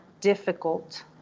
difficult